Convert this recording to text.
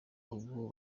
ubu